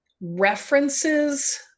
references